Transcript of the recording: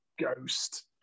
Ghost